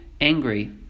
angry